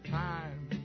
time